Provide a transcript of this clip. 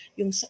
yung